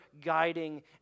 guiding